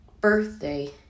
Birthday